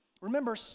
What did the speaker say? Remember